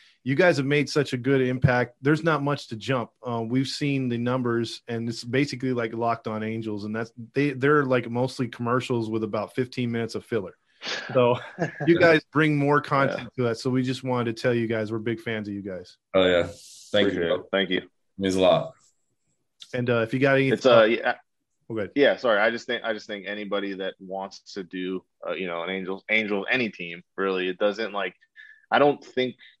you guys have made such a good impact. There's not much to jump. Uh, we've seen the numbers, and it's basically, like, Locked On Angels, and that's- they- they're, like, mostly commercials with about 15 minutes of filler. So, you guys bring more content Yeah. to that, so we just wanted to tell you guys we're big fans of you guys. Oh, yeah. Thank Appreciate you, bro. it. Thank you. It means a lot. And, uh, if you got any- It's, uh, yeah. Okay. Yeah, sorry, I just think- I just think anybody that wants to do, uh, you know, an Angels- Angels, any team, really, it doesn't, like- I don't think